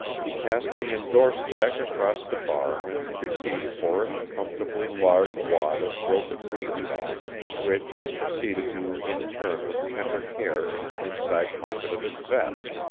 he passed the indorsed check across the bar and received for it a comfortably large wad of wilted greenbacks which he proceeded to intern with tender care in an inside pocket of his vest,